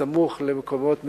בסמוך למקומות מטוילים,